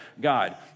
God